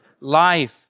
life